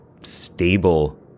stable